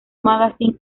magazine